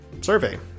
survey